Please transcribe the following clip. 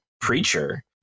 preacher